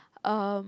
um